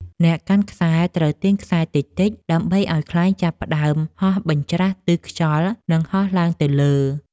អ្នកកាន់ខ្សែត្រូវទាញខ្សែតិចៗ ដើម្បីឱ្យខ្លែងចាប់ផ្ដើមហើរបញ្ច្រាសទិសខ្យល់ និងហោះឡើងទៅលើ។